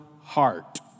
heart